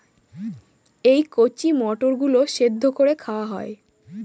এই কচি মটর গুলো সেদ্ধ করে খাওয়া হয়